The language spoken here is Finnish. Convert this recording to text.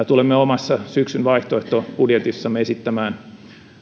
tulemme omassa syksyn vaihtoehtobudjetissamme esittämään